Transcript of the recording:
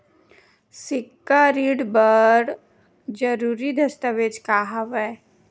सिक्छा ऋण बर जरूरी दस्तावेज का हवय?